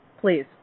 Please